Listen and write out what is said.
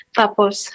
tapos